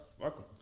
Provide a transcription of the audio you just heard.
Welcome